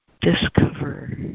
Discover